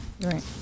Right